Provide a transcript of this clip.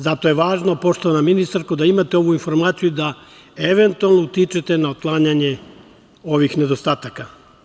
Zato je važno, poštovana ministarko, da imate ovu informaciju i da eventualno utičete na otklanjanje ovih nedostataka.